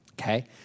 Okay